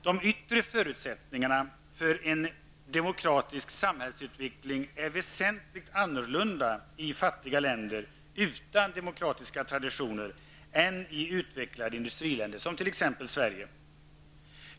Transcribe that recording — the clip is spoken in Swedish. De yttre förutsättningarna för en demokratisk samhällsutveckling är väsentligt annorlunda i fattiga länder utan demokratisk tradition än de är i utvecklade industriländer som t.ex. Sverige.